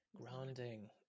Grounding